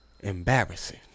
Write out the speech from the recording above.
Embarrassing